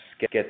get